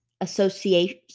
Association